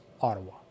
Ottawa